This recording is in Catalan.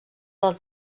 del